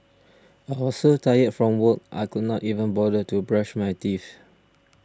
I was so tired from work I could not even bother to brush my teeth